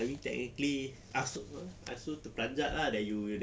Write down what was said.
I mean technically asu [pe] asu terperanjat lah that you